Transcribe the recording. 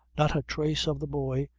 not a trace of the boy,